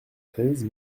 treize